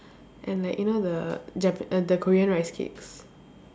and like you know the jap~ err the korean rice cakes